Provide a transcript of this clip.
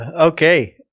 Okay